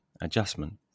adjustment